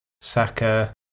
Saka